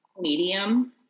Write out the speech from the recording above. Medium